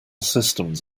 systems